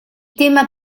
tema